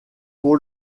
pour